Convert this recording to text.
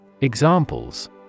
Examples